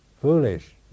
foolish